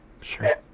sure